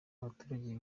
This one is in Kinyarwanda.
abaturage